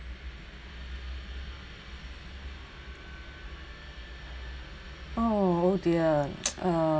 oh dear uh